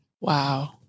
Wow